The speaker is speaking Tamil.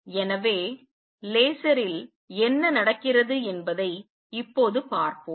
எனவே லேசரில் என்ன நடக்கிறது என்பதை இப்போது பார்ப்போம்